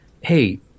hey